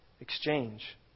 exchange